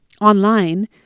online